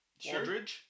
Waldridge